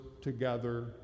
together